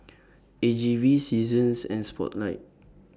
A G V Seasons and Spotlight